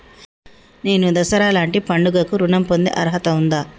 నేను దసరా లాంటి పండుగ కు ఋణం పొందే అర్హత ఉందా?